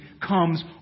comes